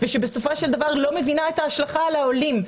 ובסופו של דבר לא מבינה את ההשלכה על העולים.